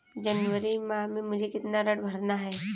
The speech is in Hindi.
जनवरी माह में मुझे कितना ऋण भरना है?